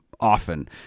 often